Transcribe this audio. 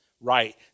right